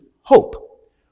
hope